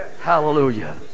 hallelujah